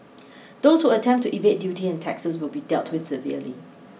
those who attempt to evade duty and taxes will be dealt with severely